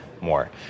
more